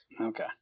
Okay